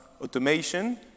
automation